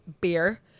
beer